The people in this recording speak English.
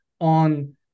on